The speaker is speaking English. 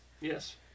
Yes